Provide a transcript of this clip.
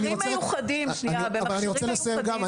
במכשירים מיוחדים --- אבל אני רוצה לסיים גם.